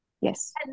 yes